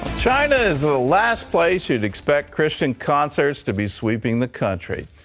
china is the last place you would expect christian concerts to be sweeping the country,